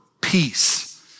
peace